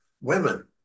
women